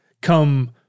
come